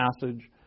passage